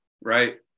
right